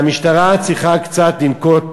המשטרה צריכה לנקוט,